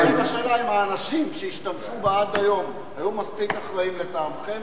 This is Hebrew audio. עכשיו השאלה אם האנשים שהשתמשו בה עד היום היו מספיק אחראיים לטעמכם,